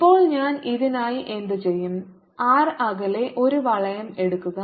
ഇപ്പോൾ ഞാൻ ഇതിനായി എന്തുചെയ്യും r അകലെ ഒരു വളയം എടുക്കുക